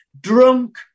drunk